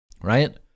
right